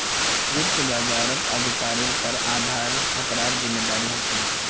वित्त बाजारक अधिकारिर पर आधार खतरार जिम्मादारी ह छेक